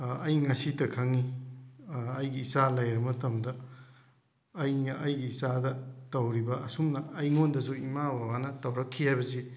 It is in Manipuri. ꯑꯩ ꯉꯁꯤꯇ ꯈꯪꯉꯤ ꯑꯩꯒꯤ ꯏꯆꯥ ꯂꯩꯔꯕ ꯃꯇꯝꯗ ꯑꯩꯅ ꯑꯩꯒꯤ ꯏꯆꯥꯗ ꯇꯧꯔꯤꯕ ꯑꯁꯨꯝꯅ ꯑꯩꯉꯣꯟꯗꯁꯨ ꯏꯃꯥ ꯕꯥꯕꯅ ꯇꯧꯔꯛꯈꯤ ꯍꯥꯏꯕꯁꯤ